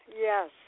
yes